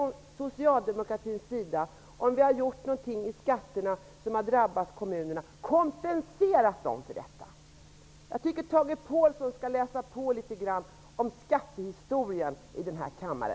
Vi socialdemokrater har alltid kompenserat kommunerna om vi åstadkommit något i skattehänseende som drabbat dem. Tage Påhlsson bör läsa på litet skattehistoria från denna kammare.